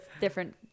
different